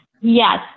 Yes